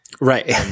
Right